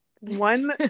one